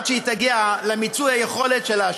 עד שהיא תגיע למיצוי היכולת שלה,